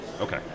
okay